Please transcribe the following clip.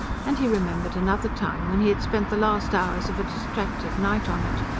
and he remembered another time, when he had spent the last hours of a distracted night on it.